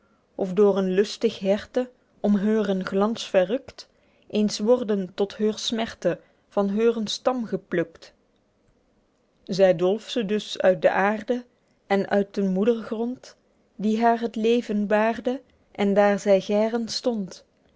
of door een lustig herte om heuren glans verrukt eens worden tot heur smerte van heuren stam geplukt zy dolf ze dus uit de aerde en uit den moedergrond die haer het leven baerde en daer zy geren stond